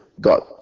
God